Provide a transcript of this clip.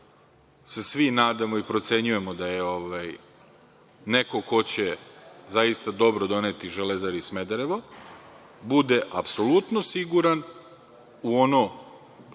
se svi nadamo i procenjujemo da je neko ko će zaista dobro doneti „Železari „Smederevo bude apsolutno siguran u ono